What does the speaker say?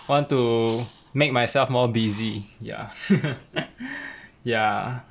want to make myself more busy ya ya